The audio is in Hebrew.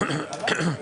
רבה,